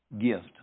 gift